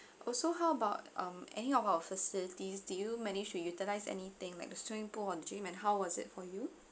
also how about um any of our facilities did you manage to utilize anything like the swimming pool or gym and how was it for you